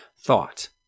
thought